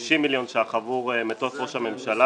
60 מיליון שקלים חדשים עבור מטוס ראש הממשלה,